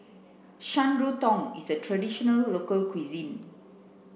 shan rui tang is a traditional local cuisine